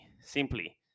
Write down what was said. simply